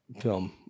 film